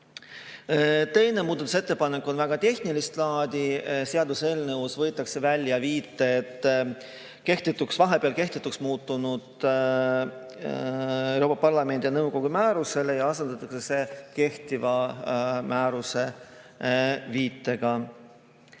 Teine muudatusettepanek on tehnilist laadi. Seaduseelnõust võetakse välja viited vahepeal kehtetuks muutunud Euroopa Parlamendi ja nõukogu määrusele ja asendatakse need viitega